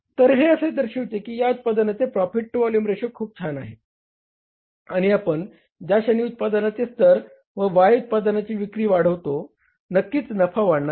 तर हे असे दर्शविते की या उत्पादनांचे प्रॉफिट टू व्हॉल्युम रेशो खूप छान आहे आणि आपण ज्या क्षणी उत्पादनाचे स्तर व Y या उत्पादनाची विक्री वाढवतो नक्कीच नफा वाढणार आहे